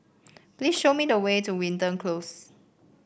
please show me the way to Wilton Close